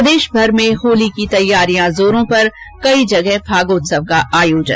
प्रदेशभर में होली की तैयारियां जोरों पर कई जगह फागोत्सव का आयोजन